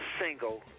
single